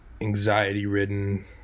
anxiety-ridden